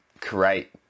create